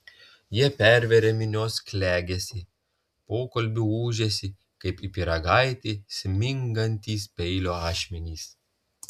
jie perveria minios klegesį pokalbių ūžesį kaip į pyragaitį smingantys peilio ašmenys